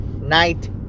night